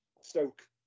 Stoke